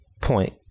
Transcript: point